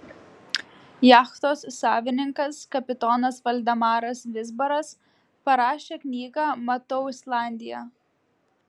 jachtos savininkas kapitonas valdemaras vizbaras parašė knygą matau islandiją